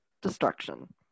destruction